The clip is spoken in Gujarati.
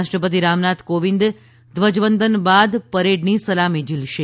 રાષ્ટ્રપતિ રામનાથ કોવિંદ ધ્વજવંદન બાદ પરેડની સલામી ઝીલશે